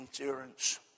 endurance